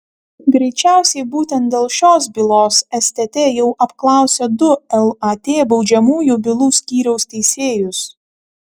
greičiausiai būtent dėl šios bylos stt jau apklausė du lat baudžiamųjų bylų skyriaus teisėjus